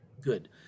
Good